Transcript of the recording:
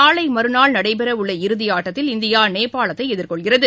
நாளை மறுநாள் நடைபெற உள்ள இறுதி ஆட்டத்தில் இந்தியா நேபாளத்தை எதிர்கொள்கிறது